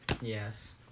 Yes